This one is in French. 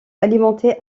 alimenté